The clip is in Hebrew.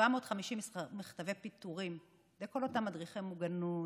750 מכתבי פיטורים לכל אותם מדריכי מוגנות,